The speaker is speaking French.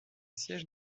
siège